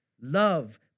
love